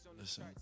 Listen